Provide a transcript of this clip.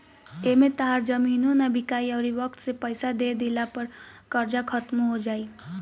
एमें तहार जमीनो ना बिकाइ अउरी वक्त से पइसा दे दिला पे कर्जा खात्मो हो जाई